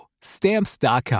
Stamps.com